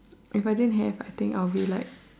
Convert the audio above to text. if I didn't have I think I'll be like